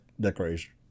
decoration